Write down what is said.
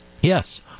Yes